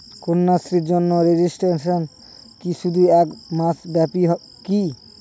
কন্যাশ্রীর জন্য রেজিস্ট্রেশন শুধু এক মাস ব্যাপীই কি?